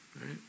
Right